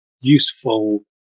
useful